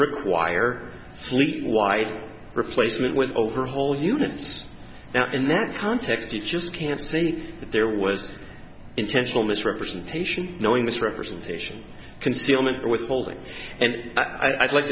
require fleet wide replacement with overhaul units now in that context you just can't think that there was intentional misrepresentation knowing misrepresentation concealment or withholding and i'd like